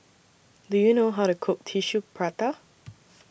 Do YOU know How to Cook Tissue Prata